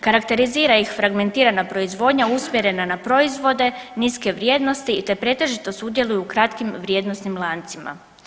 Karakterizira ih fragmentirana proizvodnja usmjerena na proizvode niske vrijednosti i te pretežito sudjeluju u kratkim vrijednosnim lancima.